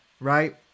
Right